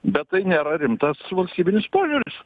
bet tai nėra rimtas valstybinis požiūris